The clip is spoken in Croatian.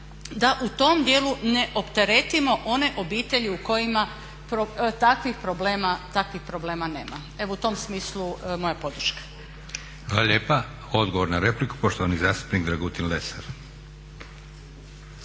da u tom dijelu ne opteretimo one obitelji u kojima takvih problema nema. Evo u tom smislu moja podrška. **Leko, Josip (SDP)** Hvala lijepa. Odgovor na repliku poštovani zastupnik Dragutin Lesar.